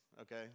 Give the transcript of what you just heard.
okay